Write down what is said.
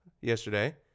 yesterday